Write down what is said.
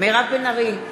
מירב בן ארי,